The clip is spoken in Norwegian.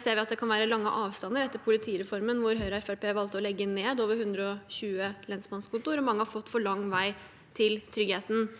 ser vi at det kan være lange avstander etter politireformen, hvor Høyre og Fremskrittspartiet valgte å legge ned over 120 lensmannskontor, og mange har fått for lang vei til tryggheten.